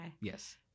Yes